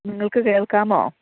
നിങ്ങൾക്ക് കേൾക്കാമോ